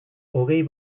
hogei